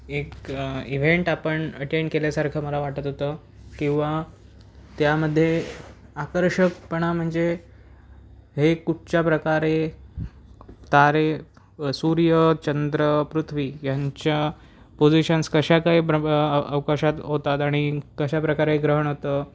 एक इव्हेंट आपण अटेंड केल्यासारखं मला वाटत होतं किंवा त्यामध्ये आकर्षकपणा म्हणजे हे कुठच्या प्रकारे तारे सूर्य चंद्र पृथ्वी यांच्या पोझिशन्स कशा काही प्र अवकाशात होतात आणि कशाप्रकारे ग्रहण होतं